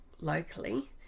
locally